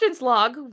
log